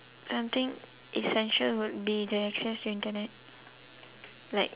something essential would be the access to internet like